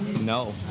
No